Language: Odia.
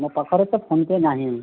ମୋ ପାଖରେ ତ ଫୋନ୍ପେ' ନାହିଁ